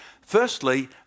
Firstly